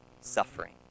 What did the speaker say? suffering